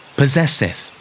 possessive